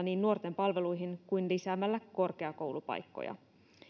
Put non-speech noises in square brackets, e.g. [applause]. [unintelligible] niin panostamalla nuorten palveluihin kuin lisäämällä korkeakoulupaikkoja